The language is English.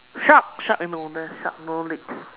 shark shark I know the shark no leg